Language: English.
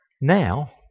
Now